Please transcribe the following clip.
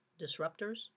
disruptors